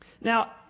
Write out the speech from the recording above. Now